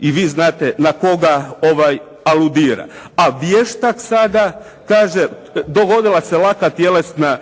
i vi znate na koga aludira, a vještak sada kaže, dogodila se laka tjelesna